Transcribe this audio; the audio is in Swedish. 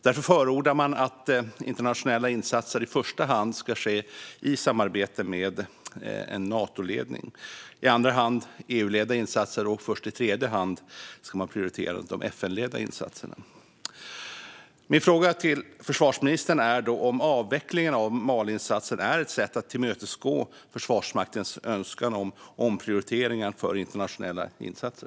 Därför förordar man att internationella insatser i första hand ska ske i samarbete med Nato, i andra hand med EU och att man först i tredje hand ska prioritera de FN-ledda insatserna. Min fråga till försvarsministern är då om avvecklingen av Maliinsatsen är ett sätt att tillmötesgå Försvarsmaktens önskan om omprioriteringar av internationella insatser.